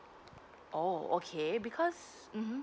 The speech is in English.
oh okay because uh hmm